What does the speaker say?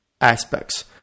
aspects